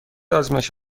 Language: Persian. آزمایش